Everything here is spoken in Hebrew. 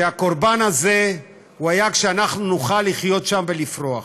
שהקורבן הזה היה כדי שאנחנו נוכל לחיות שם ולפרוח.